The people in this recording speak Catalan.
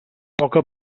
poca